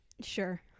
sure